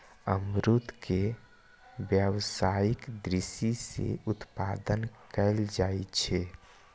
अमरूद के व्यावसायिक दृषि सं उत्पादन कैल जाइ छै